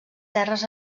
terres